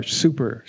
super